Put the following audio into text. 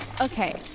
Okay